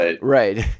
Right